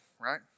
right